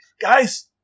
guys